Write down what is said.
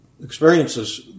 experiences